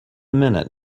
minute